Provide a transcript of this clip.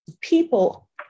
People